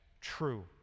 true